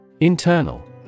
Internal